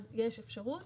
אז יש אפשרות